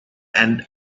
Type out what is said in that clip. and